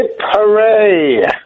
hooray